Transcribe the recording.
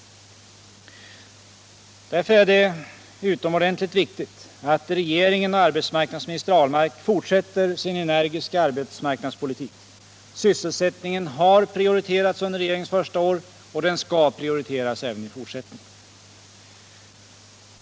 Därför är det utomordentligt viktigt att regeringen och arbetsmarknadsminister Ahlmark fortsätter sin energiska arbetsmarknadspolitik. Sysselsättningen har prioriterats under regeringens första år, och den skall prioriteras även i fortsättningen.